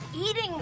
eating